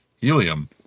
Helium